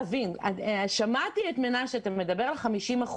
שמעתי את מנשה מדבר על 50%,